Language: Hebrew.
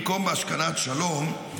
במקום השכנת שלום,